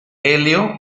helio